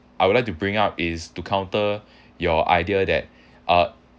I would like to bring up is to counter your idea that uh